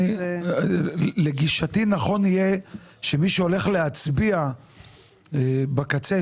לגישתי נכון יהיה שמי שהולך להצביע בקצה,